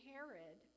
Herod